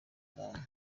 muntu